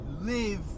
live